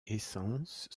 essence